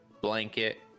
blanket